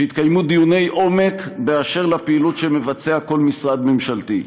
שיתקיימו דיוני עומק באשר לפעילות שמבצע כל משרד ממשלתי.